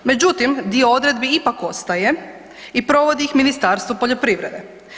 Međutim, dio odredbi ipak ostaje i provodi ih Ministarstvo poljoprivrede.